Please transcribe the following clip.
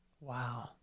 Wow